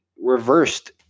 reversed